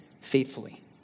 faithfully